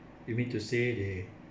you mean to say they